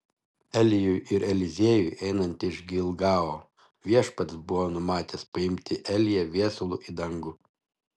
elijui ir eliziejui einant iš gilgalo viešpats buvo numatęs paimti eliją viesulu į dangų